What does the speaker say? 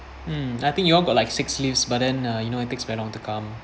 mm I think you all got like six lifts but then uh you know it takes very long to come